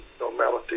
normality